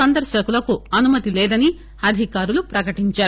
సందర్పకులకు అనుమతిలేదని అధికారులు ప్రకటించారు